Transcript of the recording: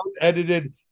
edited